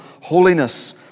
holiness